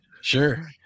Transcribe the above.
sure